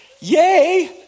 Yay